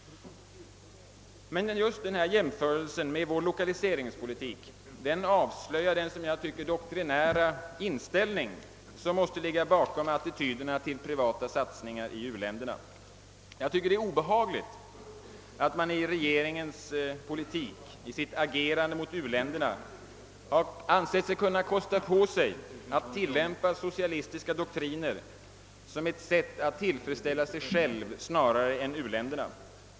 Denna jämförelse med vår lokaliseringspolitik avslöjar den enligt min mening doktrinära inställning som måste ligga bakom attityderna mot privata satsningar i u-länderna. Jag tycker det är obehagligt att regeringen i sin politik och i sitt agerande mot u-länderna ansett sig kunna kosta på sig att tillämpa socialistiska doktriner som ett sätt att tillfredsställa sig själv snarare än u-länderna.